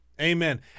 Amen